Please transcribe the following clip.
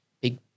big